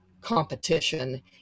competition